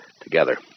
Together